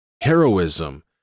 heroism